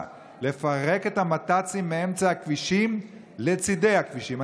לפרק את המת"צים מאמצע הכבישים לצידי הכבישים.